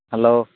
hello